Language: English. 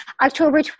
October